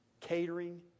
catering